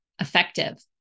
effective